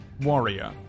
warrior